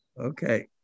Okay